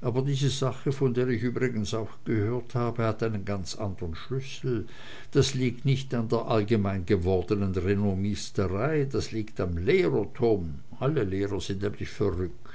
aber diese sache von der ich übrigens auch gehört habe hat einen ganz andern schlüssel das liegt nicht an der allgemein gewordenen renommisterei das liegt am lehrertum alle lehrer sind nämlich verrückt